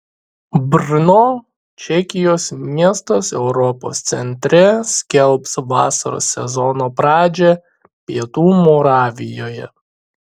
brno čekijos miestas europos centre skelbs vasaros sezono pradžią pietų moravijoje